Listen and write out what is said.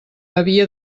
havia